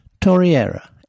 Torriera